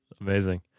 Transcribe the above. amazing